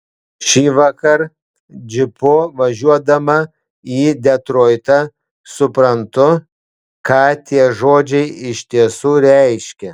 šįvakar džipu važiuodama į detroitą suprantu ką tie žodžiai iš tiesų reiškia